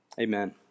Amen